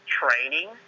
training